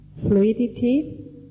fluidity